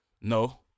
No